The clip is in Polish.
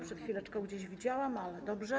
Przed chwileczką go gdzieś widziałam, ale dobrze.